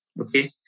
Okay